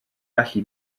gallu